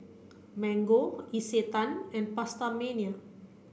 Mango Isetan and PastaMania